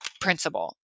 principle